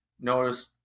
notice